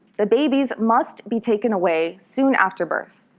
the babies must be taken away soon after birth.